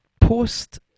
post